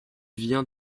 vient